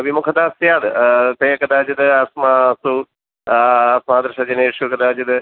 विमुखता स्यात् ते कदाचित् अस्मासु अस्मादृशजनेषु कदाचित्